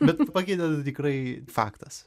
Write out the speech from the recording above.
bet pakeitė tai tikrai faktas